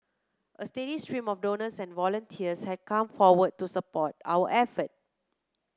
a steady stream of donors and volunteers has come forward to support our effort